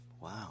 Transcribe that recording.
Wow